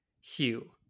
Hugh